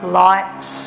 lights